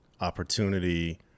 opportunity